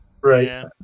Right